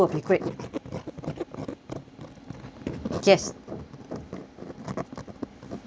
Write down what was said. yes